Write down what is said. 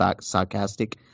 sarcastic